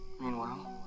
Meanwhile